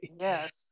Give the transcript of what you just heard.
Yes